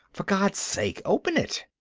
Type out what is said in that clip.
for god's sake, open it!